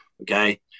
Okay